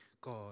God